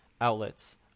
outlets